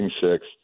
six